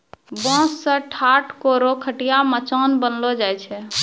बांस सें ठाट, कोरो, खटिया, मचान बनैलो जाय छै